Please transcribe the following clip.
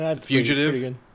Fugitive